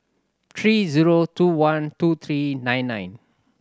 three zero two one two three nine nine